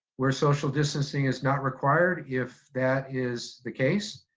where social distancing is not required if that is the case,